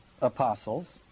apostles